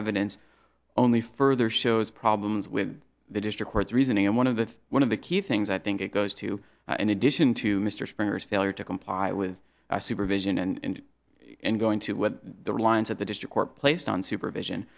evidence only further shows problems with the district court's reasoning and one of the one of the key things i think it goes to in addition to mr springer's failure to comply with our supervision and and going to the lines at the district court placed on supervision